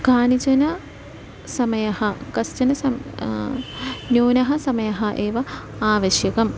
कानिचन समयः कश्चन सं न्यूनः समयः एव आवश्यकम्